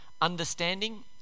understanding